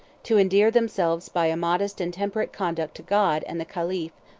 to endear themselves by a modest and temperate conduct to god and the caliph,